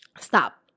stop